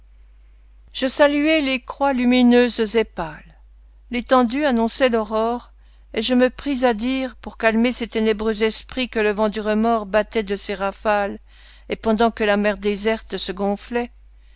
je saluai les croix lumineuses et pâles l'étendue annonçait l'aurore et je me pris à dire pour calmer ses ténébreux esprits que le vent du remords battait de ses rafales et pendant que la mer déserte se gonflait